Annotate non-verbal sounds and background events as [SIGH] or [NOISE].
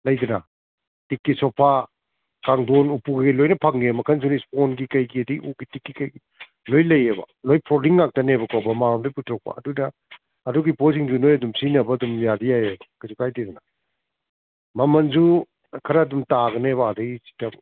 ꯂꯩꯗꯅ ꯇꯤꯛꯀꯤ ꯁꯣꯐꯥ ꯀꯥꯡꯊꯣꯟ ꯎꯄꯨ ꯀꯩꯀꯩ ꯂꯣꯏꯅ ꯐꯪꯉꯦ ꯃꯈꯜꯁꯨꯅ ꯏꯁꯄꯣꯟꯁꯒꯤ ꯀꯩꯒꯤ ꯑꯗꯨꯗꯩ ꯎꯒꯤ ꯇꯤꯛꯀꯤ ꯀꯩꯒꯤ ꯂꯣꯏꯅ ꯂꯩꯌꯦꯕ ꯂꯣꯏꯅ ꯐꯣꯜꯗꯤꯡ ꯉꯥꯛꯇꯅꯦꯕꯀꯣ ꯚꯔꯃꯥꯔꯣꯝꯗꯒꯤ ꯄꯨꯊꯣꯔꯛꯄ ꯑꯗꯨꯅ ꯑꯗꯨꯒꯤ ꯄꯣꯠꯁꯤꯡꯗꯨ ꯅꯣꯏ ꯑꯗꯨꯝ ꯁꯤꯖꯟꯅꯕ ꯌꯥꯗꯤ ꯌꯥꯏ ꯀꯩꯁꯨ ꯀꯥꯏꯗꯦꯗꯅ ꯃꯃꯜꯁꯨ ꯈꯔ ꯑꯗꯨꯝ ꯇꯥꯒꯅꯦꯕ ꯑꯥꯗꯒꯤ [UNINTELLIGIBLE]